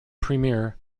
premier